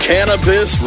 Cannabis